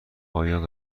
آیای